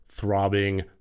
throbbing